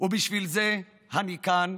ובשביל זה אני כאן,